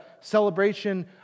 celebration